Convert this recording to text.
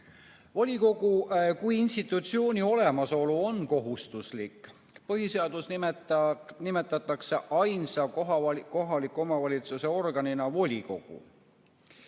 Volikogu kui institutsiooni olemasolu on kohustuslik. Põhiseaduses nimetatakse ainsa kohaliku omavalitsuse organina volikogu